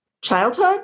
childhood